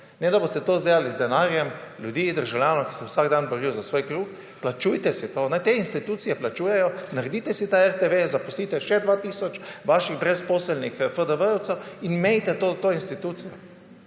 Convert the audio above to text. pa, da boste to zdelali z denarjem ljudi, državljanov, ki se vsak dan borijo za svoj kruh. Plačujte si to. Naj te institucije plačujejo, naredite si ta RTV, zaposlite še 2 tisoč vaših brezposelnih fdvejevcev in imejte to institucijo.